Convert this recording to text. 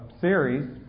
series